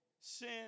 Sin